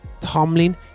Tomlin